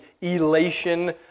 elation